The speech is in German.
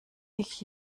ich